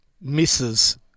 misses